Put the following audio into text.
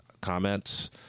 comments